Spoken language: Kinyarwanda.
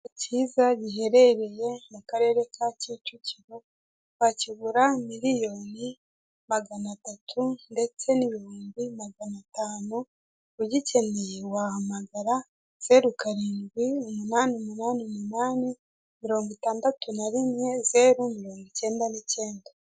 Kiza giheherereye mu karere ka Kicukiro wakigura miliyoni magana atatu ndetse n'ibihumbi magana atanu ugikeneye wahamagara zeru karindwi, umunnani umunani umunani, mirongo itandatu na rimwe, zeru mirongo icyenda nicyenda.